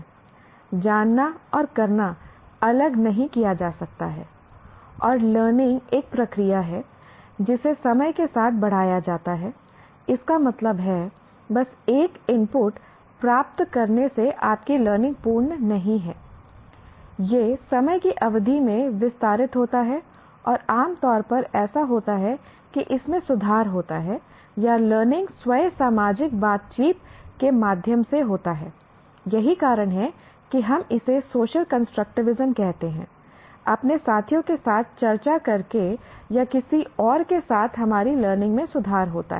जानना और करना अलग नहीं किया जा सकता है और लर्निंग एक प्रक्रिया है जिसे समय के साथ बढ़ाया जाता है इसका मतलब है बस एक इनपुट प्राप्त करने से आपकी लर्निंग पूर्ण नहीं है यह समय की अवधि में विस्तारित होता है और आम तौर पर ऐसा होता है कि इसमें सुधार होता है या लर्निंग स्वयं सामाजिक बातचीत के माध्यम से होता है यही कारण है कि हम इसे सोशल कंस्ट्रक्टिविज्म कहते हैं अपने साथियों के साथ चर्चा करके या किसी और के साथ हमारी लर्निंग में सुधार होता है